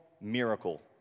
miracle